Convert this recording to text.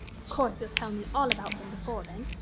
of course you'll tell me all about them before then.